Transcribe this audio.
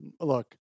Look